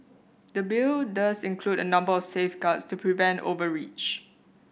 the Bill does include a number of safeguards to prevent overreach